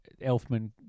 Elfman